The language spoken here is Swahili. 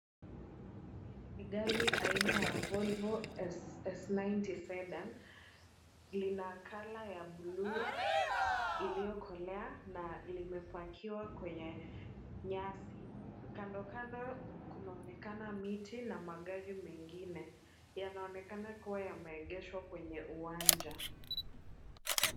Hili ni gari aina ya volvo S90 sedan, lina colour ya buluu iliyokolea na limepakiwa kwenye nyasi, kando kando kunaonekana miti na magari mengine. Yanaonekana kuwa yameegeshwa kwenye uwanja.